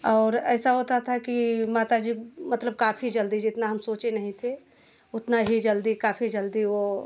और ऐसा होता था कि माता जी मतलब काफ़ी जल्दी जितना हम सोचे नहीं थे उतना ही जल्दी काफ़ी जल्दी वह